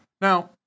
Now